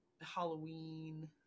halloween